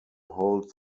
holds